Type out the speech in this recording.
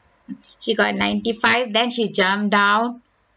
she got ninety five then she jumped down